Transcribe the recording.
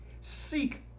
seek